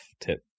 tip